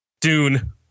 Dune